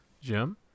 Jim